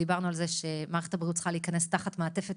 דיברנו על כך שמערכת הבריאות צריכה להיכנס תחת מעטפת